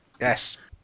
Yes